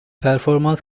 performans